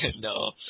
no